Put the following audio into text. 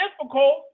difficult